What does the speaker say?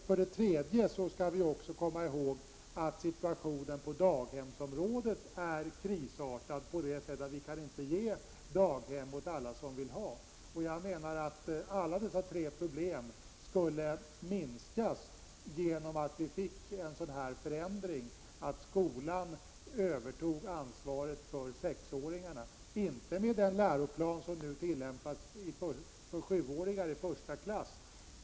För det tredje skall vi komma ihåg att situationen på daghemsområdet är krisartad så till vida att vi kan inte ge daghemsplats åt alla som vill ha det. Dessa tre problem skulle enligt min mening minskas genom en förändring som innebar att skolan övertog ansvaret för sexåringarna. De skall inte följa samma läroplan som den som tillämpas för sjuåringarna i första klass.